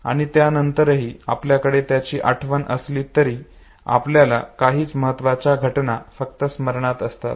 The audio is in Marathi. आणि त्यानंतरही आपल्याकडे त्यांची आठवण असली तरी आपल्याला काहीच महत्त्वाच्या घटना फक्त स्मरणात असतात